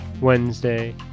Wednesday